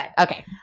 Okay